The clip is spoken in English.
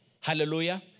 Hallelujah